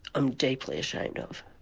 i'm deeply ashamed of.